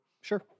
Sure